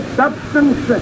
substance